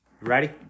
ready